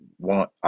want